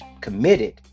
Committed